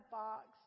box